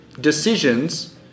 decisions